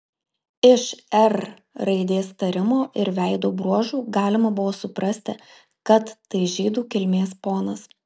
iš r raidės tarimo ir veido bruožų galima buvo suprasti kad tai žydų kilmės ponas